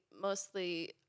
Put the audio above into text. mostly –